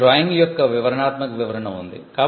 మరియు డ్రాయింగ్ల యొక్క వివరణాత్మక వివరణ ఉంది